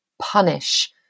punish